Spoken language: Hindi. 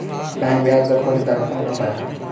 बैंक ब्याज दर को निर्धारित कौन करता है?